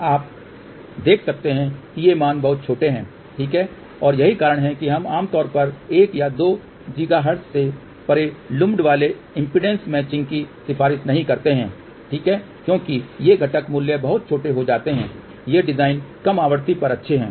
अब आप देख सकते हैं कि ये मान बहुत छोटे हैं ठीक है और यही कारण है कि हम आमतौर पर 1 या 2 गीगाहर्ट्ज से परे लुम्पड वाले इम्पीडेन्स मैचिंग की सिफारिश नहीं करते हैं ठीक है क्योंकि ये घटक मूल्य बहुत छोटे हो जाते हैं ये डिजाइन कम आवृत्ति पर अच्छे हैं